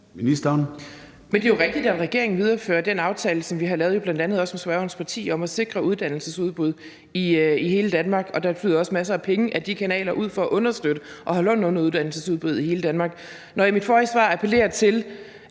Egelund): Det er jo rigtigt, at regeringen viderefører den aftale, som vi har lavet med bl.a. også spørgerens parti om at sikre uddannelsesudbud i hele Danmark, og der flyder også masser af penge ud ad de kanaler for at understøtte og holde hånden under uddannelsesudbud i hele Danmark. Når jeg i mit forrige svar appellerede til,